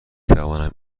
توانم